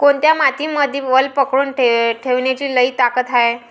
कोनत्या मातीमंदी वल पकडून ठेवण्याची लई ताकद हाये?